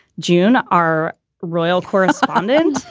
june. our royal correspondent.